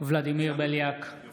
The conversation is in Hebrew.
ולדימיר בליאק, אינו